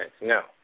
no